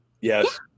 Yes